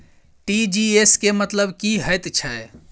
TGS केँ मतलब की हएत छै?